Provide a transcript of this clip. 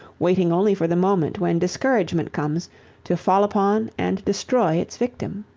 waiting only for the moment when discouragement comes to fall upon and destroy its victim.